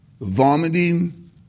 vomiting